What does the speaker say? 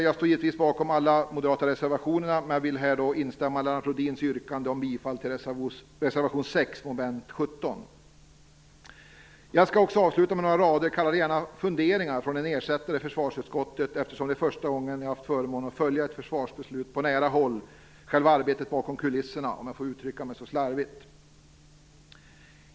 Jag står givetvis bakom alla moderata reservationer, men jag vill här instämma i Lennart Jag skall avsluta med något som jag kallar funderingar från en ersättare i försvarsutskottet, eftersom det är första gången jag haft förmånen att följa ett försvarsbeslut på nära håll - själva arbetet bakom kulisserna, om jag får uttrycka mig så slarvigt.